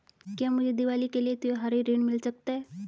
क्या मुझे दीवाली के लिए त्यौहारी ऋण मिल सकता है?